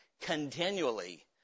Continually